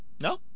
no